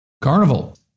Carnival